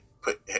Put